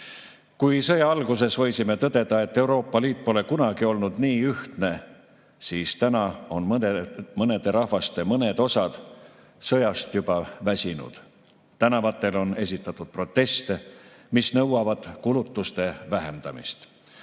Kui sõja alguses võisime tõdeda, et Euroopa Liit pole kunagi olnud nii ühtne, siis täna on mõnede rahvaste mõned osad sõjast juba väsinud. Tänavatel on esitatud proteste, mis nõuavad kulutuste vähendamist.